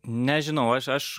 nežinau aš aš